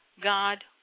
God